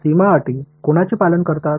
सीमा अटी कोणाचे पालन करतात